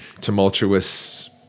tumultuous